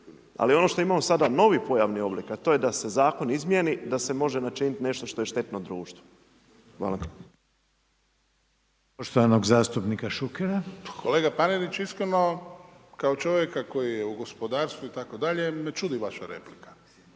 Ali ono što imamo sada novi pojavni oblik, a to je da se zakon izmjeni, da se može načiniti nešto što je štetno društvu. Hvala.